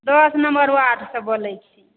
दश नम्बर वार्डसॅं बोलै छी